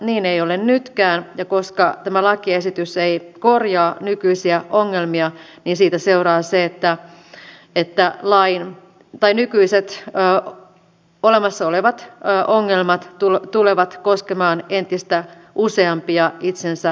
niin ei ole nytkään ja koska tämä lakiesitys ei korjaa nykyisiä ongelmia niin siitä seuraa se että nykyiset olemassa olevat ongelmat tulevat koskemaan entistä useampia itsensätyöllistäjiä